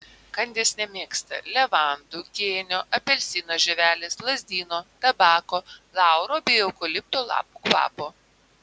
kandys nemėgsta levandų kėnio apelsino žievelės lazdyno tabako lauro bei eukalipto lapų kvapo